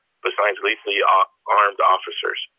besides lethally um armed officers?